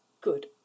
good